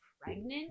pregnant